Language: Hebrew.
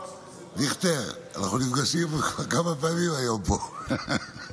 דיכטר, אנחנו נפגשים כמה פעמים פה היום.